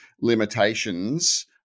limitations